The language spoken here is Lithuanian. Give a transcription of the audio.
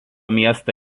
miestą